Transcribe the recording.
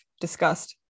discussed